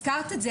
הזכרת את זה,